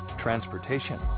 transportation